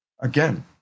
Again